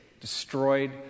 destroyed